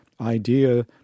idea